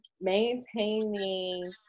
maintaining